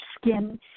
skin